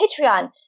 Patreon